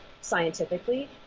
scientifically